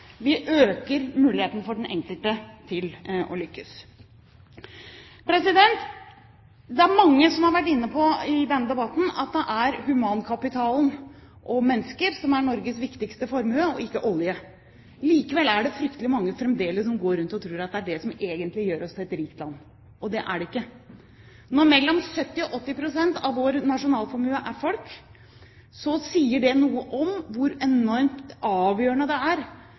Vi øker muligheten for den enkelte til å lykkes. Det er mange som i denne debatten har vært inne på at det er humankapitalen – mennesker – som er Norges viktigste formue, og ikke oljen. Likevel er det fryktelig mange som fremdeles går rundt og tror at det er den som egentlig gjør oss til et rikt land. Det er det ikke. Når mellom 70 og 80 pst. av vår nasjonalformue er mennesker, så sier det noe om hvor enormt avgjørende det er